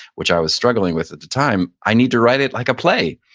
which i was struggling with at the time. i need to write it like a play.